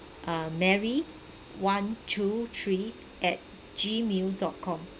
um mary one two three at gmail dot com